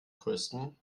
größten